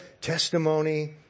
testimony